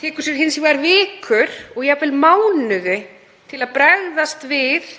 tekur sér hins vegar vikur og jafnvel mánuði til að bregðast við